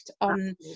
on